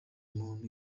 muntu